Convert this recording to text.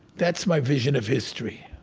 that's my vision of history.